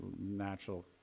Natural